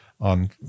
on